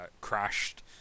crashed